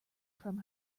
from